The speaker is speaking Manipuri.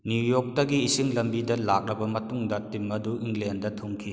ꯅ꯭ꯌꯨ ꯌꯣꯛꯇꯒꯤ ꯏꯁꯤꯡ ꯂꯝꯕꯤꯗ ꯂꯥꯛꯂꯕ ꯃꯇꯨꯡꯗ ꯇꯤꯝ ꯑꯗꯨ ꯏꯪꯂꯦꯟꯗ ꯊꯨꯡꯈꯤ